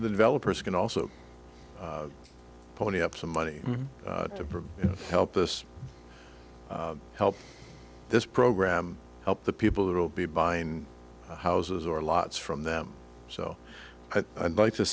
the developers can also pony up some money to help this help this program help the people that will be buying houses or lots from them so i'd like to